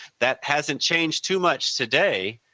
that hasn't changed too much today.